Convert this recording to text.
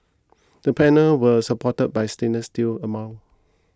the panel were supported by a stainless steel amount